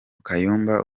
kayumba